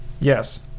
Yes